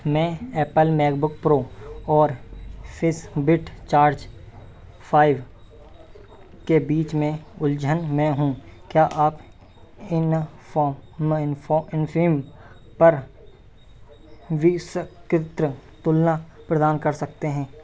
मैं Apple MacBook Pro और Fitbit Charge five के बीच उलझन में हूँ क्या आप इनफोम इन्फीम पर विसक्रीत तुलना प्रदान कर सकते हैं